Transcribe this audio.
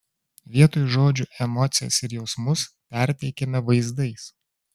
vietoj žodžių emocijas ir jausmus perteikiame vaizdais